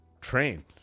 train